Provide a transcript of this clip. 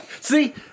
See